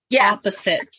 opposite